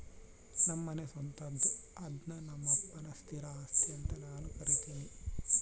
ನಮ್ಮನೆ ಸ್ವಂತದ್ದು ಅದ್ನ ನಮ್ಮಪ್ಪನ ಸ್ಥಿರ ಆಸ್ತಿ ಅಂತ ನಾನು ಕರಿತಿನಿ